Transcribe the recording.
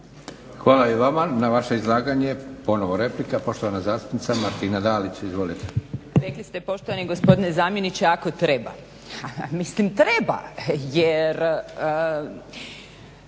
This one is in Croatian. Hvala i vama. Na vaše izlaganje ponovna replika, poštovana zastupnica Martina Dalić. Izvolite. **Dalić, Martina (HDZ)** Rekli ste poštovani gospodine zamjeniče ako treba. Mislim, treba jer